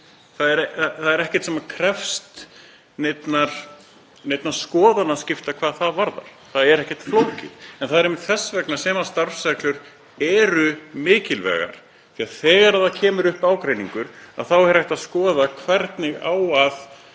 Það er ekkert sem krefst neinna skoðanaskipta hvað það varðar. Það er ekkert flókið. En það er einmitt þess vegna sem starfsreglur eru mikilvægar. Þegar upp kemur ágreiningur er hægt að skoða hvernig á að